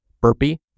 burpee